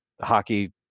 hockey